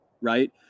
right